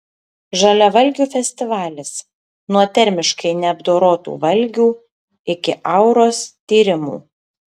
žaliavalgių festivalis nuo termiškai neapdorotų valgių iki auros tyrimų